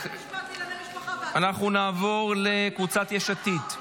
אנחנו נעבור לקבוצת סיעת יש עתיד,